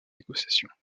négociations